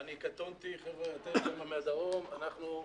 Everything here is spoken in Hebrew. אני קטונתי, חבר'ה, אתם באים מהדרום, אנחנו,